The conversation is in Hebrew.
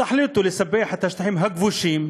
תחליטו לספח את השטחים הכבושים,